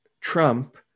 Trump